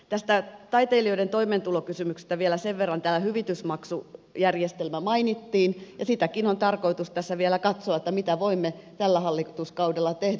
tästä taiteilijoiden toimeentulokysymyksestä vielä sen verran että täällä hyvitysmaksujärjestelmä mainittiin ja sitäkin on tarkoitus tässä vielä katsoa mitä voimme tällä hallituskaudella tehdä